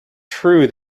true